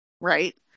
right